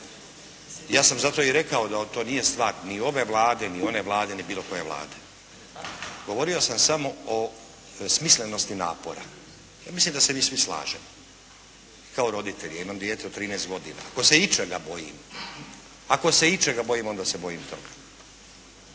Ja sam zato i rekao da to nije stvar ni ove Vlade, ni one Vlade ni bilo koje Vlade. Govorio sam samo o smislenosti napora. Ja mislim da se svi mi slažemo. I kao roditelji, ja imam dijete od 13 godina, ako se ičega bojim, ako se ičega